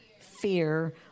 fear